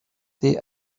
the